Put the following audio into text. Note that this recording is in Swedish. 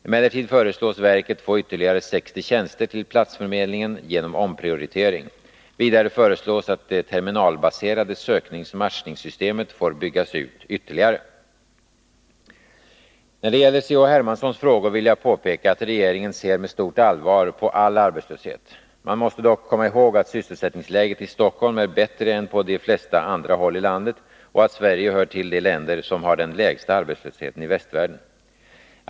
Emellertid föreslås verket få ytterligare 60 tjänster till platsförmedlingen genom omprioritering. Vidare föreslås att det terminalbaserade sökningsoch matchningssystemet får byggas ut ytterligare. När det gäller C.-H. Hermanssons frågor vill jag påpeka att regeringen ser med stort allvar på all arbetslöshet. Man måste dock komma ihåg att sysselsättningsläget i Stockholm är bättre än på de flesta andra håll i landet och att Sverige hör till de länder som har den lägsta arbetslösheten i västvärlden.